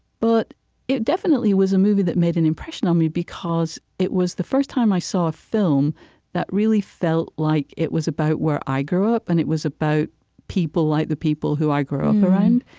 but it definitely was a movie that made an impression on me, because it was the first time i saw a film that really felt like it was about where i grew up, and it was about people like the people who i grew up around.